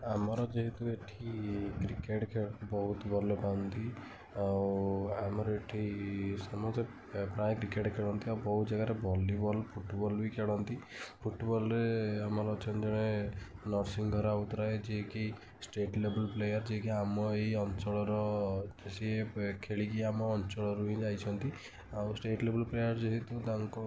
ଆମର ଯେହେତୁ ଏଠି କ୍ରିକେଟ୍ ଖେଳ ବହୁତ ଭଲ ପାଆନ୍ତି ଆଉ ଆମର ଏଠି ସମସ୍ତେ ପ୍ରାୟ କ୍ରିକେଟ୍ ଖେଳନ୍ତି ଆଉ ବହୁତ ଜାଗାରେ ଭଲିବଲ୍ ଫୁଟବଲ୍ ବି ଖେଳନ୍ତି ଫୁଟବଲ୍ ରେ ଆମର ଅଛନ୍ତି ଜଣେ ନରସିଂହ ରାଉତରାୟ ଯିଏ କି ଷ୍ଟେଟ୍ ଲେବଲ୍ ପ୍ଲେୟାର୍ ଯିଏ କି ଆମ ଏଇ ଅଞ୍ଚଳର ସିଏ ପେ ଖେଳିକି ଆମ ଅଞ୍ଚଳରୁ ବି ଯାଇଛନ୍ତି ଆଉ ଷ୍ଟେଟ୍ ଲେବଲ୍ ପ୍ଲେୟାର୍ ଯେହେତୁ ତାଙ୍କୁ